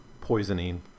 poisoning